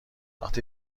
وقتی